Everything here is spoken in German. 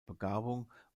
begabung